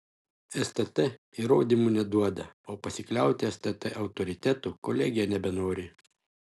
stt įrodymų neduoda o pasikliauti stt autoritetu kolegija nebenori